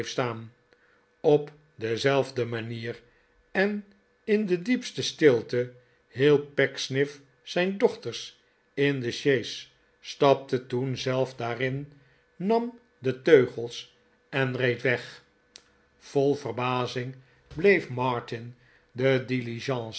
op dezelfde manier en in de diepste stilte hielp pecksniff zijn dochters in de sjees stapte toen zelf daarin nam de teugels en reed weg vol verhazing bleef martin de